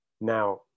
Now